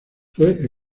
fue